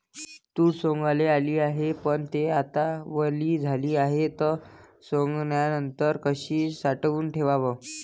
तूर सवंगाले आली हाये, पन थे आता वली झाली हाये, त सवंगनीनंतर कशी साठवून ठेवाव?